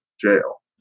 jail